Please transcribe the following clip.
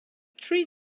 three